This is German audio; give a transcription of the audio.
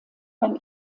beim